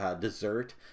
dessert